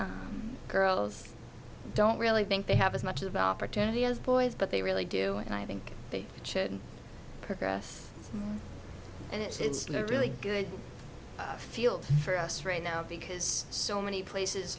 girls don't really think they have as much of opportunity as boys but they really do and i think they should progress and it's really good field for us right now because so many places